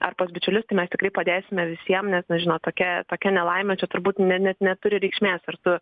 ar pas bičiulius tai mes tikrai padėsime visiem nes na žinot tokia tokia nelaimė čia turbūt ne net neturi reikšmės ar tu